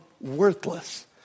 worthless